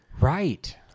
right